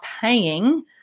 paying